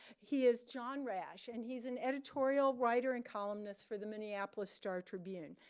he is john rash, and he's an editorial writer and columnist for the minneapolis star tribune.